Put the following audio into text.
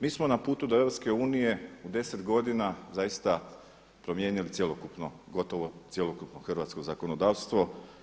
Mi smo na putu do EU u 10 godina zaista promijenili cjelokupno, gotovo cjelokupno hrvatsko zakonodavstvo.